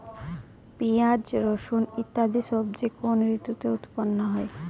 পিঁয়াজ রসুন ইত্যাদি সবজি কোন ঋতুতে উৎপন্ন হয়?